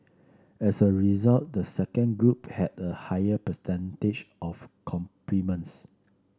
as a result the second group had a higher percentage of compliments